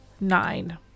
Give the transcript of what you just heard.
nine